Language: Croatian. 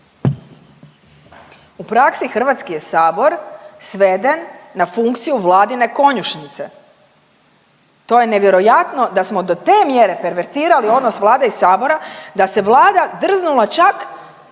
U praksi Hrvatski je Sabor sveden na funkciju Vladine konjušnice. To je nevjerojatno da smo do mjere pervertirali odnos Vlade i Sabora da se Vlada drznula čak i reći